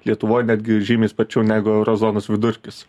lietuvoj netgi žymiai sparčiau negu euro zonos vidurkis